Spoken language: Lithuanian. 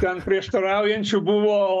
ten prieštaraujančių buvo